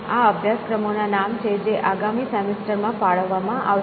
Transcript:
આ અભ્યાસક્રમોના નામ છે જે આગામી સેમેસ્ટર માં ફાળવવામાં આવશે